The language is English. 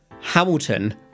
Hamilton